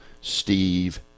Steve